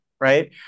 right